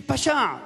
שפשע,